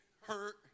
hurt